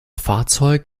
fahrzeug